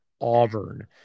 Auburn